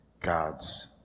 God's